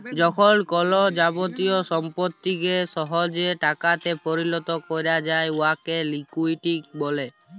যখল কল যাবতীয় সম্পত্তিকে সহজে টাকাতে পরিলত ক্যরা যায় উয়াকে লিকুইডিটি ব্যলে